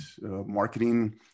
marketing